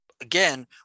again